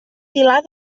pilar